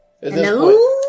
Hello